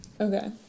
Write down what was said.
Okay